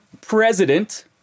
President